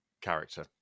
character